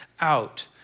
out